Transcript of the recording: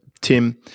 Tim